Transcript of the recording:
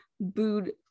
booed